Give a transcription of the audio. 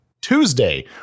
Tuesday